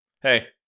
Hey